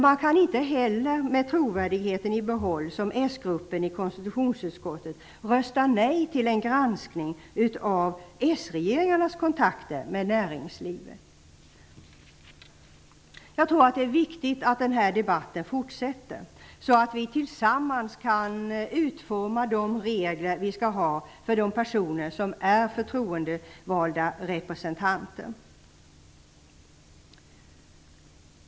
Man kan inte heller med trovärdigheten i behåll, som s-gruppen i konstitutionsutskottet gjorde, rösta nej till en granskning av s-regeringarnas kontakter med näringslivet. Jag tror att det är viktigt att den här debatten fortsätter, så att vi tillsammans kan utforma de regler vi skall ha för de personer som är förtroendevalda representanter.